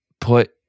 put